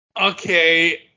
okay